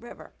river